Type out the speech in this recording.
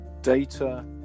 data